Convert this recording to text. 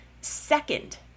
Second